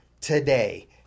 Today